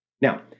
Now